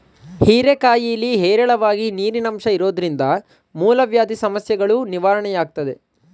ಹೀರೆಕಾಯಿಲಿ ಹೇರಳವಾಗಿ ನೀರಿನಂಶ ಇರೋದ್ರಿಂದ ಮೂಲವ್ಯಾಧಿ ಸಮಸ್ಯೆಗಳೂ ನಿವಾರಣೆಯಾಗ್ತದೆ